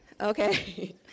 Okay